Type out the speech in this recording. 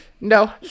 No